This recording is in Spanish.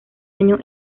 año